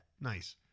Nice